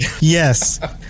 Yes